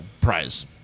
prize